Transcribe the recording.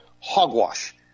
hogwash